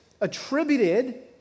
attributed